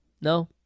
No